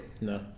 No